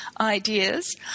ideas